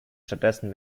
stattdessen